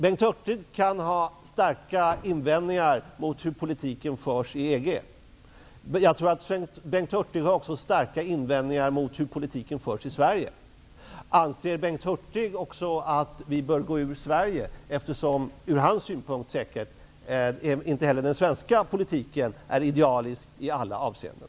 Bengt Hurtig kan ha starka invändningar mot hur politiken förs i EG. Men jag tror att Bengt Hurtig också har starka invändningar mot hur politiken förs i Sverige. Anser Bengt Hurtig också att vi bör gå ur Sverige? Ur hans synpunkt är säkert inte heller den svenska politiken idealisk i alla avseenden.